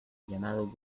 llamado